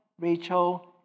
Rachel